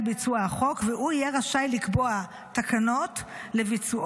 ביצוע החוק והוא יהיה רשאי לקבוע תקנות לביצועו,